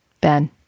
ben